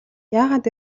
яагаад